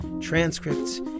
transcripts